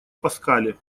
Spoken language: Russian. паскале